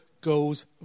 Goes